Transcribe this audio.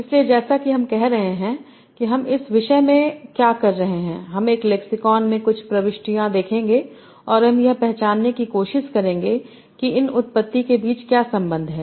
इसलिए जैसा कि हम कहरहे हैं कि हम इस विषय में क्या कर रहे हैं हम एक लेक्सिकॉन में कुछ प्रविष्टियां देखेंगे और हम यह पहचानने की कोशिश करेंगे कि इन उत्पत्ति के बीच क्या संबंध है